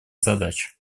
задач